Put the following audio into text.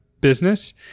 business